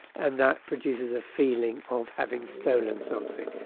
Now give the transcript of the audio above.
and that produces a feeling of having stolen something.